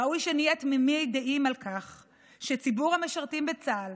ראוי שנהיה תמימי דעים על כך שציבור המשרתים בצה"ל,